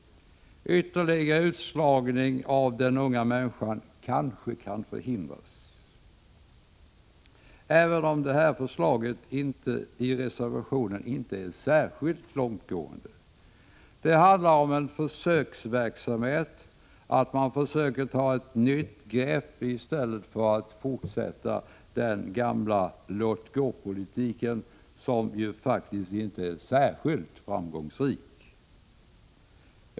Ytterligare utslagning av den unga människan kanske kan förhindras, även om förslaget i reservationen inte är särskilt långtgående. Det handlar om en försöksverksamhet; att man försöker ta ett nytt grepp i stället för att fortsätta med den gamla låt-gå-politiken, som ju inte är särskilt framgångsrik.